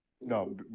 No